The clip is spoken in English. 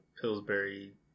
Pillsbury